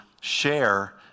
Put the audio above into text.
share